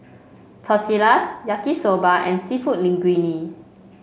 Tortillas Yaki Soba and seafood Linguine